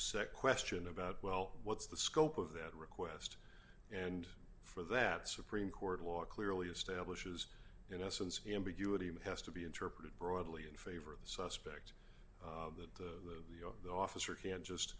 nd question about well what's the scope of that request and for that supreme court law clearly establishes in essence ambiguity has to be interpreted broadly in favor of the suspect that the officer can just